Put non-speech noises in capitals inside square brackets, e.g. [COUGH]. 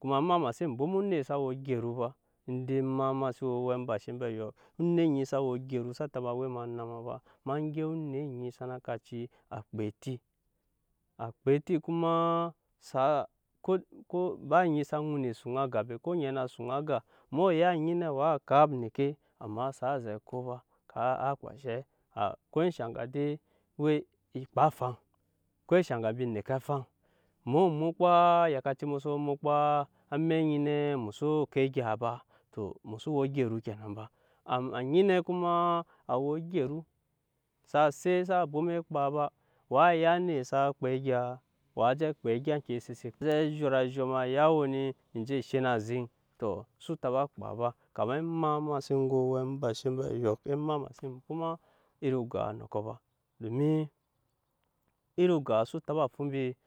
kuma ema ma xsen bwoma onet sa we ogyɛru ba indei ema ma sen we owɛ bashe ambe oyɔk, onet onyi sa ogyɛru saa taba we em'ana ma ba, ema gyɛp onet onyi sana ka cii a kpa eti. A kpa kuma sa [HESITATION] ba anyi sa ŋun esuŋa aga be, ko oŋɛ na suŋa aga mu ya anyi nɛwaa kap eneke amma sa zɛ ko ba [HESITATION] a kpa enshɛ a ko enshɛ egya dei we ekpa afaŋ ko enshɛ egya. ebi neke afaŋ. Muo mukpaa eyakaci mu so mukpaa amɛk anyi nɛ emu xso ko egya ba to mu xso we ogyɛru kenan ba an anyi nɛ kuma a we ogyɛru sa set sa bwoma ekpa ba waa ya anet sakpa egyaa waa je kpa egya eŋke se si zɛ zhot zhoma oyawo ni enje she na aziŋ to so taba kpa ba kama sen go o wɛ bashe ambe oyɔk ema ma xsen bwoma iri ogaa nɔ kɔ ba domin iri ogaa so taba fu mbi.